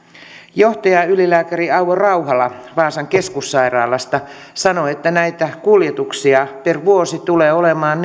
johtajaylilääkäri auvo rauhala vaasan keskussairaalasta sanoo että näitä kuljetuksia per vuosi tulee olemaan